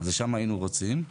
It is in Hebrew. שם היינו רוצים.